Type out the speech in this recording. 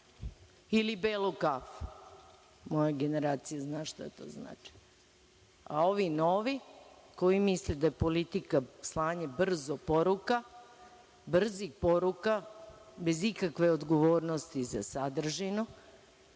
ili belu kafu. Moja generacija zna šta to znači, a ovi novi, koji misle da je politika slanje brzih poruka, bez ikakve odgovornosti za sadržinu,